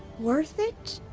worth it?